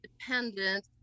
dependent